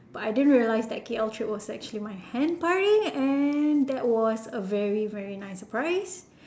but I didn't realise that the K_L trip was actually my hen party and that was a very very nice surprise